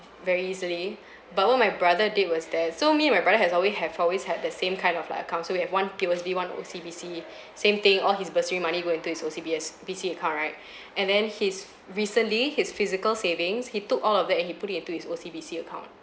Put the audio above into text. very easily but what my brother did was that so me and my brother has always have always had the same kind of like account so we have one P_O_S_B one O_C_B_C same thing all his bursary money go into his O_C_B_S B_C account right and then his recently his physical savings he took all of it and he put it into his O_C_B_C account